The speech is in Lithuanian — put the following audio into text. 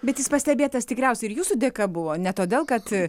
bet jis pastebėtas tikriausiai ir jūsų dėka buvo ne todėl kad